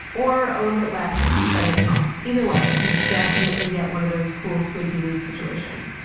or a little bit less if you study up at home. either way, you definitely get one of those cool squinty loupe situations.